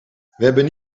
hebben